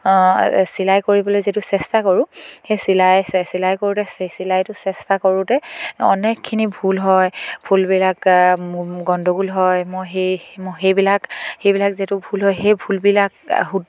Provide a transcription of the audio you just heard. চিলাই কৰিবলৈ যিহেতু চেষ্টা কৰোঁ সেই চিলাই চিলাই কৰোঁতে চিলাইটো চেষ্টা কৰোঁতে অনেকখিনি ভুল হয় ভুলবিলাক গণ্ডগোল হয় মই সেই মই সেইবিলাক সেইবিলাক যিহেতু ভুল হয় সেই ভুলবিলাক